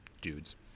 dudes